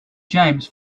james